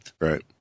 Right